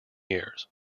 years